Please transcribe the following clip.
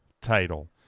title